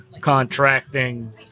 contracting